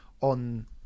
on